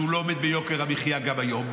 כשהוא לא עומד ביוקר המחיה גם היום?